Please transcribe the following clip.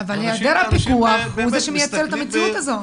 היעדר הפיקוח, זה מה שמייצר את המציאות זו.